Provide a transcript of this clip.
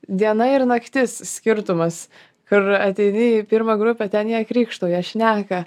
diena ir naktis skirtumas kur ateini į pirmą grupę ten jie krykštauja šneka